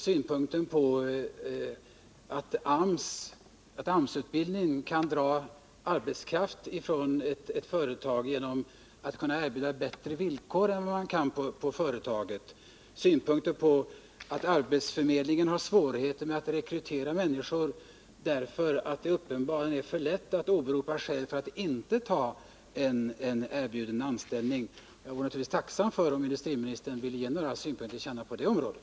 De handlade om att AMS-utbildningen kan dra arbetskraft från ett företag genom att AMS kunde erbjuda bättre villkor än företaget och om att arbetsförmedlingen har svårigheter att rekrytera människor därför att det uppenbarligen är för lätt att åberopa skäl för att inte ta en erbjuden anställning. Jag vore tacksam om industriministern ville kommentera mina synpunkter på frågor inom det området.